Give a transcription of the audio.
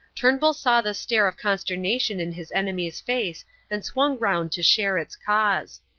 turnbull saw the stare of consternation in his enemy's face and swung round to share its cause.